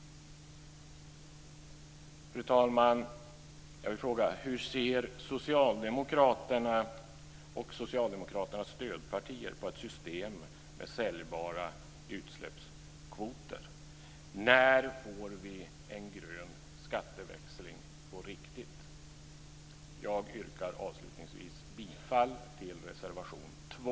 Fru talman! Jag vill fråga: Hur ser socialdemokraterna och deras stödpartier på ett system med säljbara utsläppskvoter? När får vi en grön skatteväxling på riktigt? Jag yrkar avslutningsvis bifall till reservation 2.